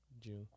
June